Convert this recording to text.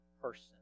person